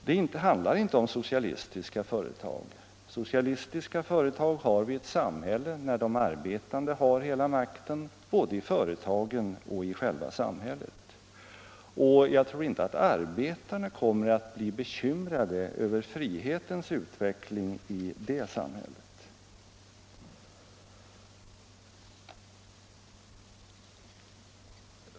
Det handlar inte om socialistiska företag. Sådana företag har vi i ett samhälle där de arbetande har hela makten både i företagen och i själva samhället, och jag tror inte att arbetarna kommer att bli bekymrade över frihetens utveckling i det samhället.